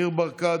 ניר ברקת,